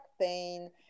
pain